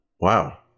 Wow